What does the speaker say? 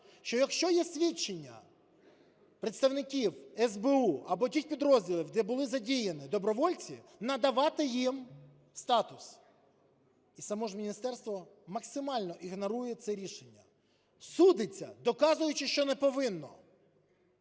що якщо є свідчення представників СБУ або тих підрозділів, де були задіяні добровольці, надавати їм статус. І саме ж міністерство максимально ігнорує це рішення, судиться, доказуючи, що не повинно.